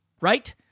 right